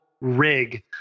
rig